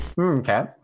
okay